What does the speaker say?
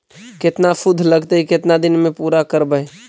केतना शुद्ध लगतै केतना दिन में पुरा करबैय?